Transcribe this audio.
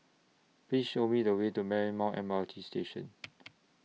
Please Show Me The Way to Marymount M R T Station